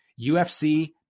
UFC